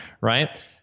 right